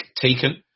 taken